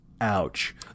Ouch